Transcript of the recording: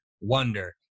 wonder